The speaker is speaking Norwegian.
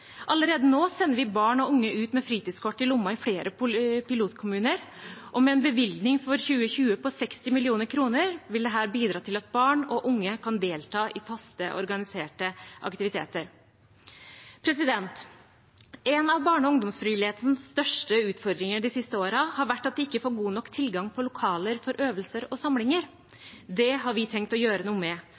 Allerede nå sender vi barn og unge ut med fritidskort i lommen i flere pilotkommuner, og med en bevilgning for 2020 på 60 mill. kr vil dette bidra til at barn og unge kan delta i faste, organiserte aktiviteter. En av barne- og ungdomsfrivillighetens største utfordringer de siste årene har vært at de ikke får god nok tilgang på lokaler til øvelser og samlinger. Det har vi tenkt å gjøre noe med.